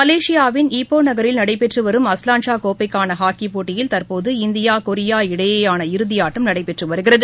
மலேசியாவின் ஈபோநகரில் நடைபெற்றுவரும் அஸ்லான்ஷா கோப்பைக்கானஹாக்கிப்போட்டியில் தற்போது இந்தியா கொரியா இடையேயான இறுதியாட்டம் நடைபெற்றுவருகிறது